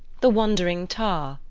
the wandering tar,